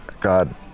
God